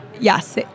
Yes